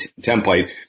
template